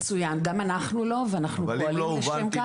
מצוין, גם אנחנו לא ואנחנו פועלים לשם כך.